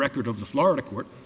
record of the florida court